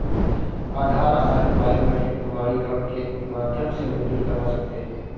आधार आधारित बायोमेट्रिक प्रमाणीकरण के माध्यम से मंज़ूर करवा सकते हैं